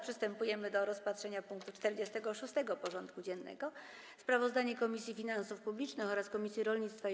Przystępujemy do rozpatrzenia punktu 46. porządku dziennego: Sprawozdanie Komisji Finansów Publicznych oraz Komisji Rolnictwa i